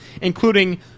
including